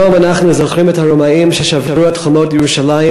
היום אנחנו זוכרים את הרומאים ששברו את חומות ירושלים